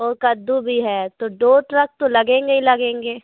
और कद्दू भी है तो दो ट्रक तो लगेंगे ही लगेंगे